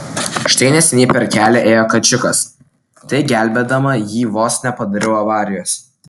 štai neseniai per kelią ėjo kačiukas tai gelbėdama jį vos nepadariau avarijos